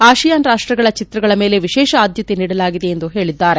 ಆಶಿಯಾನ್ ರಾಷ್ಟಗಳ ಚಿತ್ರಗಳ ಮೇಲೆ ವಿಶೇಷ ಆದ್ನತೆ ನೀಡಲಾಗಿದೆ ಎಂದು ಹೇಳಿದ್ದಾರೆ